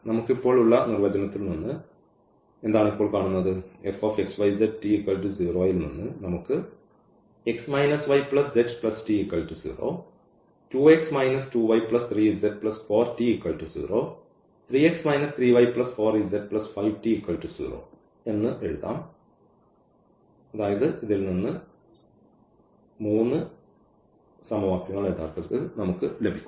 നമുക്ക് ഇപ്പോൾ ഉള്ള നിർവചനത്തിൽ നിന്ന് എന്താണ് ഇപ്പോൾ കാണുന്നത് ൽ നിന്ന് ഇവിടെ നിന്ന് നമുക്ക് യഥാർത്ഥത്തിൽ ഈ 3 സമവാക്യങ്ങൾ ലഭിക്കും